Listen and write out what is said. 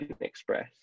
Express